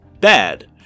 bad